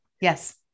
Yes